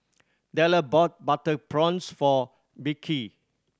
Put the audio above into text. Della bought butter prawns for Beckie